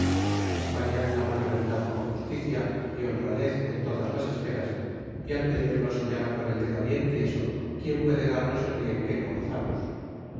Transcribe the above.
españa clama libertad con justicia y honradez en todas las esferas y al pedirlo señala con el dedo bien tieso quién puede darnos el bien que no gozamos